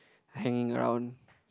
hanging round